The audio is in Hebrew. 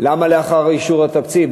למה לאחר אישור התקציב?